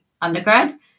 undergrad